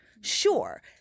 Sure